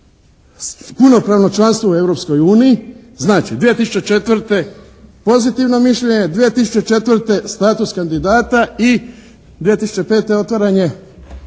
punopravno članstvo u Europskoj uniji. Znači 2004. pozitivno mišljenje, 2004. status kandidata i 2005. otvaranje,